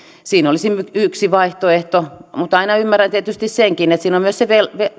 siinä olisi nyt yksi vaihtoehto mutta ymmärrän tietysti senkin että siinä on myös se